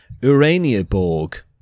Uraniaborg